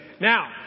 Now